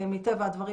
מטבע הדברים,